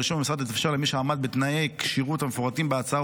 הרישום במרשם יתאפשר למי שעמד בתנאי כשירות המפורטים בהצעה,